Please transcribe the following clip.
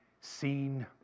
seen